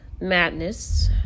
Madness